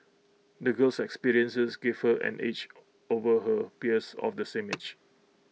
the girl's experiences gave her an edge over her peers of the same age